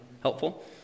helpful